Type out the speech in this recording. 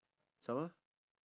some more